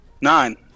nine